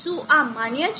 શું આ માન્ય છે